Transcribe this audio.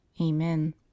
Amen